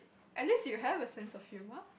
at least you have a sense of humor